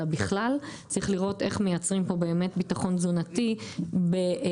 אלא בכלל צריך לראות איך מייצרים פה באמת ביטחון תזונתי בהיעדר,